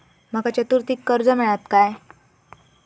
माका चतुर्थीक कर्ज मेळात काय?